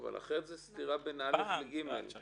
אחרת זה סתירה בין (א) ל-(ג).